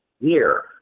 year